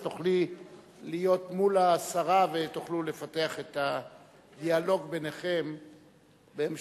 אז תוכלי להיות מול השרה ותוכלו לפתח את הדיאלוג ביניכן בהמשך,